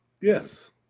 Yes